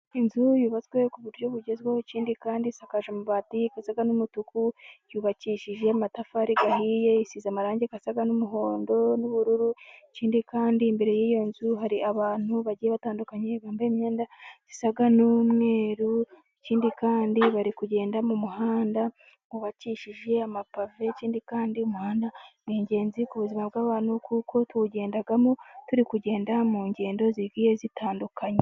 Inzu yubatswe ku buryo bugezweho ,ikindi kandi isakaje amabati y'umutuku, yubakishije amatafari ahiye isize amarangi asa n'umuhondo, n'ubururu, ikindi kandi imbere y'iyo nzu hari abantu bagiye batandukanye, bambaye imyenda isa n'umweru, ikindi kandi bari kugenda mu muhanda wubakishije amapave, ikindi kandi umuhanda ni ingenzi ku buzima bw'abantu, kuko tuwugendamo turi kugenda mu ngendo zigiye zitandukanye.